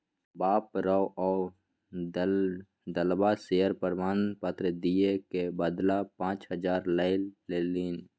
बाप रौ ओ दललबा शेयर प्रमाण पत्र दिअ क बदला पाच हजार लए लेलनि